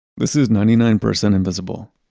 this is ninety nine percent invisible.